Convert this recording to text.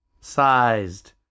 sized